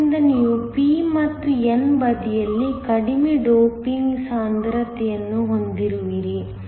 ಆದ್ದರಿಂದ ನೀವು p ಮತ್ತು n ಬದಿಯಲ್ಲಿ ಕಡಿಮೆ ಡೋಪಿಂಗ್ ಸಾಂದ್ರತೆಯನ್ನು ಹೊಂದಿರುವಿರಿ